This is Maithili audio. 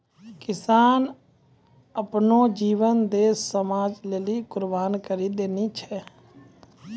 किसान आपनो जीवन देस समाज लेलि कुर्बान करि देने छै